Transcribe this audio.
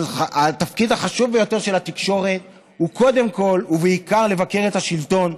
אבל התפקיד החשוב ביותר של התקשורת הוא קודם כול ובעיקר לבקר את השלטון,